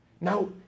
Now